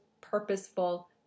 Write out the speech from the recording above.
purposeful